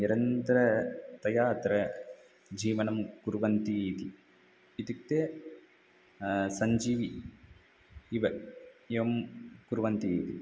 निरन्तरतया अत्र जीवनं कुर्वन्ति इति इत्युक्ते सञ्जीवि इव यं कुर्वन्ति इति